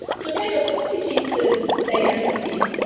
so kind of complicated dynamics here.